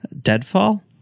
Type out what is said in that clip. Deadfall